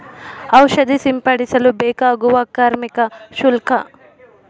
ಔಷಧಿ ಸಿಂಪಡಿಸಲು ಬೇಕಾಗುವ ಕಾರ್ಮಿಕ ಶುಲ್ಕ?